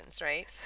right